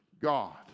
God